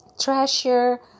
treasure